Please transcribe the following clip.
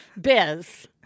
biz